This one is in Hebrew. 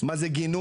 מה זה גינון.